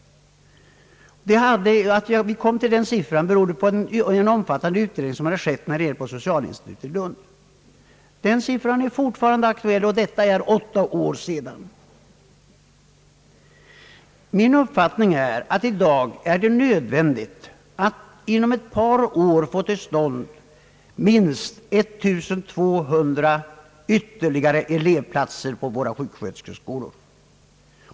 Att jag hade kommit till den siffran berodde på en omfattande utredning som gjorts vid socialinstitutet i Lund. Den siffran är fortfarande aktuell; och detta är åtta år sedan. Enligt min uppfattning är det nödvändigt att inom ett par år få till stånd minst 1200 ytterligare elevplatser på våra sjuksköterskeskolor.